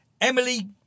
Emily